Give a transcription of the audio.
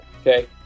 Okay